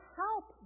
help